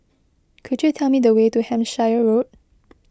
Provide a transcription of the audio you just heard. could you tell me the way to Hampshire Road